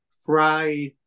fried